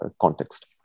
context